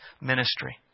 ministry